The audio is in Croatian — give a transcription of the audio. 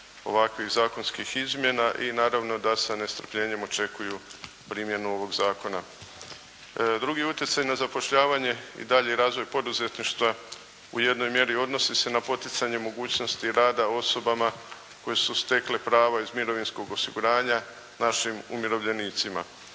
ovakvih zakonskih izmjena i naravno da sa nestrpljenjem očekuju primjenu ovog zakona. Drugi utjecaj na zapošljavanje i dalji razvoj poduzetništva u jednoj mjeri odnosi se na poticanje mogućnosti rada osobama koje su stekle pravo iz mirovinskog osiguranja našim umirovljenicima.